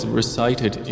recited